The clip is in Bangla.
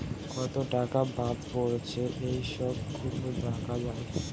কত টাকা বাদ পড়েছে এই সব গুলো দেখা যায়